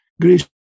Grace